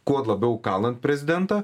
kuo labiau kalant prezidentą